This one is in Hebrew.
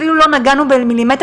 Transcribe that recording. אפילו לא נגענו כמעט.